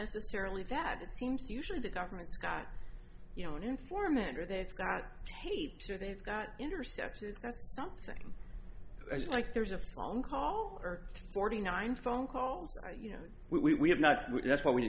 necessarily that it seems usually the government's got you know an informant or they've got tapes or they've got intercepted something as like there's a phone call or forty nine phone calls you know we have not that's why we